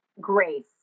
grace